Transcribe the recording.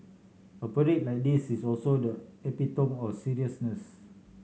a parade like this is also the epitome of seriousness